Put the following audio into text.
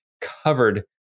covered